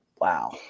Wow